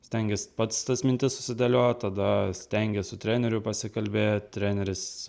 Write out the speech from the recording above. stengiuosi pats tas mintis susidėliot tada stengiuos su treneriu pasikalbėt treneris